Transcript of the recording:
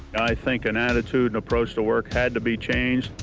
i think an attitude and approach to work had to be changed.